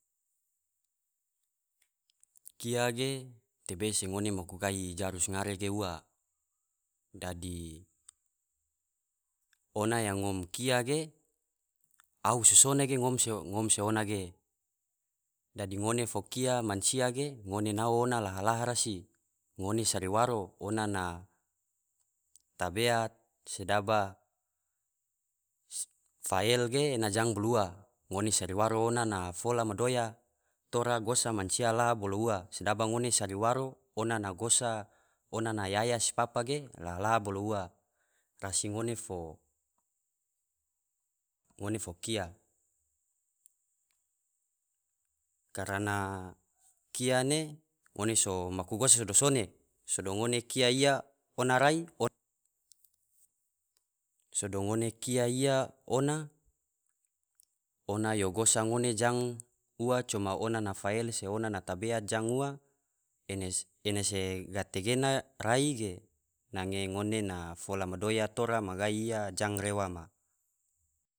Kia ge tebe se ngone gahi jaru se ngare ge ua, dadi ona yang ngom kia ge ahu se sone ge ngom se ona ge, dadi ngone fo kia mansia ge ngone nao ona laha laha rasi ngone sari waro ona na tabeat sedaba fael ge ena jang bolo ua, ngone sari waro ona na fola madoya tora gosa mansia laha bolo ua, sedaba ngone sari waro ona na gosa ona na yaya se papa bolo ua rasi ngona fo kia, karana kia ne ngone fo maku gosa sado sone sado ngone kia iya ona ona yo gosa ngone jang ua coma ona na fael se ona na tabeat jang ua ene se gategena rai ge nage ngone na fola madoya magai iya jang rewa ma.